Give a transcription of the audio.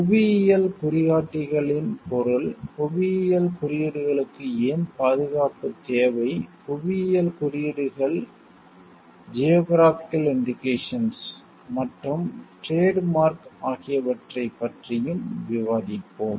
புவியியல் குறிகாட்டிகளின் பொருள் புவியியல் குறியீடுகளுக்கு ஏன் பாதுகாப்பு தேவை புவியியல் குறியீடுகள் ஜியோகிராபிகள் இண்டிகேசன்ஸ் மற்றும் டிரேட் மார்க் ஆகியவற்றைப் பற்றியும் விவாதிப்போம்